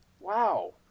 Wow